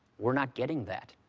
we're not getting that.